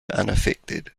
unaffected